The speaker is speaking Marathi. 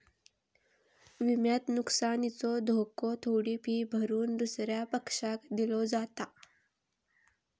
विम्यात नुकसानीचो धोको थोडी फी भरून दुसऱ्या पक्षाक दिलो जाता